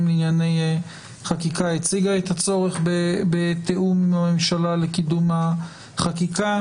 לענייני חקיקה הציגה את הצורך בתיאום עם הממשלה לקידום החקיקה